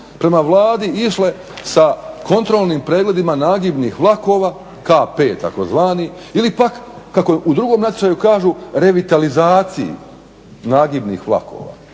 prema Vladi išle sa kontrolnim pregledima nagibnih vlakova K5 tzv. ili pak kako u drugom natječaju kažu revitalizaciji nagibnih vlakova.